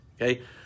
Okay